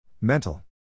Mental